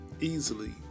easily